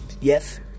yes